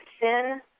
sin—